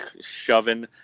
shoving